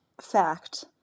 fact